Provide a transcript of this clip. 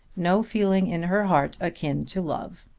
no feeling in her heart akin to love.